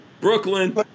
Brooklyn